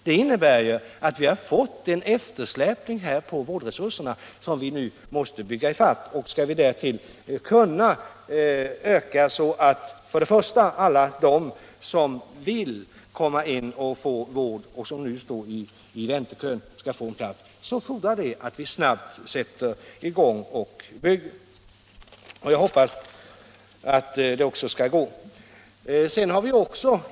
Detta innebär att vi har fått en eftersläpning av vårdresurserna som vi nu måste bygga i fatt. Skall vi därtill kunna öka på antalet så att alla de som vill ha vård och som nu står i kö kan få en plats fordras det att vi snabbt sätter i gång och bygger, och jag hoppas att det också skall gå.